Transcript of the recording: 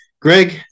Greg